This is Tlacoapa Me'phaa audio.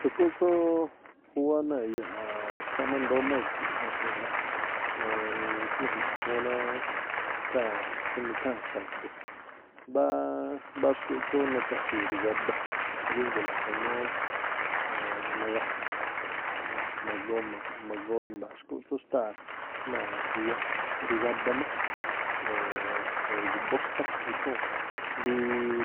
Xu̱kúꞌ tsúú khúwá náa̱ iyaꞌ ra̱ꞌkhááꞌ má indóó má e̱gi̱ꞌ ñajuu̱nꞌ rá, aan tsú naju̱mu̱ ikhúún rá. Xtáa̱ tsú nutháa̱n xa̱du̱ mbáá mbáá xkúꞌ tsú nataxi̱i̱ gigaba ríndoo̱ na̱ka̱nú naga̱ja̱a̱, ma̱goo- ma̱goo- imba̱ xkúꞌ tsú xtáa̱ náa̱ iyaꞌ ri̱gaba̱ má o̱ gu̱bó xtá ithúu̱n rí